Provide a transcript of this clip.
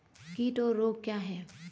कीट और रोग क्या हैं?